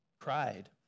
cried